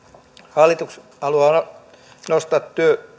hallitus haluaa nostaa